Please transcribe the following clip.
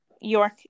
York